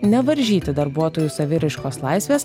nevaržyti darbuotojų saviraiškos laisvės